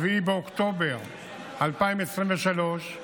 7 באוקטובר 2023,